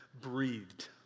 breathed